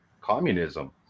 communism